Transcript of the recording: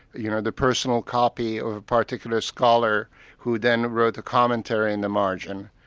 you know the personal copy or a particular scholar who then wrote the commentary in the margin,